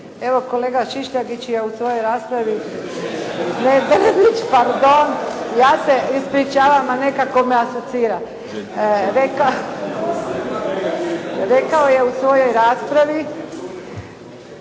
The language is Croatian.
Evo kolega Šišljagić je u svojoj raspravi, Drmić pardon, ja se ispričavam, ali nekako me asocira, rekao je u svojoj raspravi